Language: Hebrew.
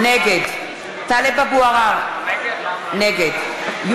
(קוראת בשמות חברי הכנסת) עבדאללה אבו מערוף,